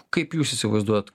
kaip jūs įsivaizduojat